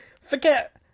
forget